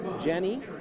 Jenny